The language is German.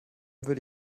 würde